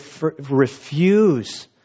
refuse